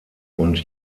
und